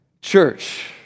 church